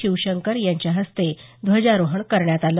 शिवशंकर यांच्या हस्ते ध्वजारोहण करण्यात आलं